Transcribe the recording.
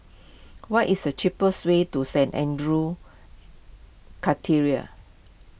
what is the cheapest way to Saint andrew's